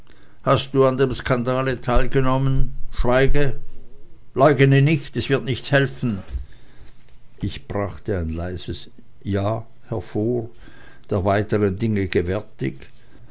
hast du an dem skandale teilgenommen schweig leugne nicht es wird nichts helfen ich brachte ein leises ja hervor der weiteren dinge gewärtig